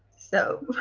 so,